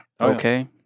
okay